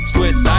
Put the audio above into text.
Swiss